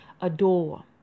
adore